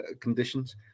conditions